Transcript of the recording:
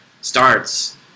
starts